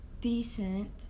decent